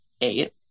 eight